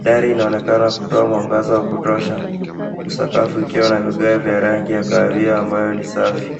Dari inaoekana kutoa mwangaza wa kutosha, huku sakafu ikiwa na vigae vya rangi ya kahawia ambayo ni safi.